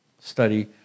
study